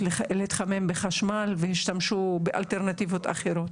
להתחמם בחשמל והשתמשו באלטרנטיבות אחרות.